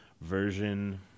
version